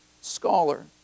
scholar